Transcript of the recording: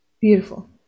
Beautiful